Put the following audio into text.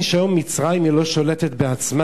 אבל אתה צריך להבין שהיום מצרים לא שולטת בעצמה.